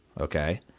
Okay